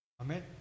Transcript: Amen